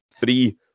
three